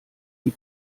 die